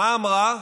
מה אמרה?